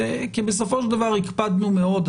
כי בסופו של דבר הקפדנו מאוד,